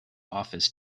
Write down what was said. office